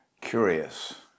Curious